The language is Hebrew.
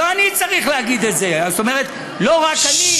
לא אני צריך להגיד את זה, זאת אומרת, לא רק אני.